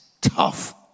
tough